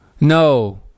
No